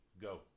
go